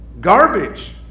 Garbage